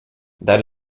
that